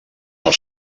del